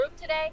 today